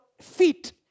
feet